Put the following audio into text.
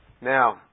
now